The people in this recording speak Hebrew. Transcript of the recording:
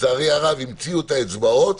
לצערי הרב המציאו את האצבעות,